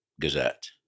Gazette